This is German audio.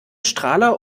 strahler